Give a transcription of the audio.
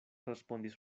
respondis